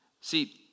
See